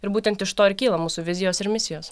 ir būtent iš to ir kyla mūsų vizijos ir misijos